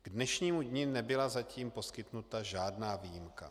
K dnešnímu dni nebyla zatím poskytnuta žádná výjimka.